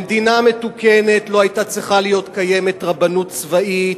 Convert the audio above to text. במדינה מתוקנת לא היתה צריכה להיות קיימת רבנות צבאית,